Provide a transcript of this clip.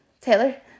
Taylor